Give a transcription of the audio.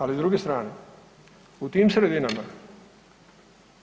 Ali s druge strane u tim sredinama